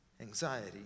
anxiety